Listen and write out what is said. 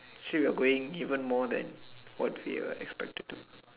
actually we going even more than what we were expected to do